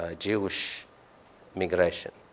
ah jewish immigration.